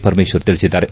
ಪರಮೇಶ್ವರ್ ತಿಳಿಸಿದ್ದಾರೆ